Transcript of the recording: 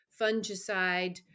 fungicide